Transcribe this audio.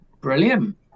Brilliant